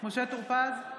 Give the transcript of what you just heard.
משה טור פז,